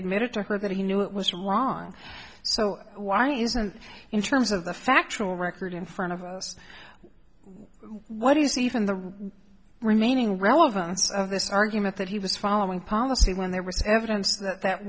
admitted to her that he knew it was wrong so why isn't in terms of the factual record in front of us what do you see even the remaining relevance of this argument that he was following policy when there was evidence that that